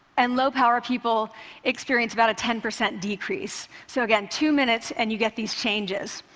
and low-power people experience about a ten percent decrease. so again, two minutes, and you get these changes.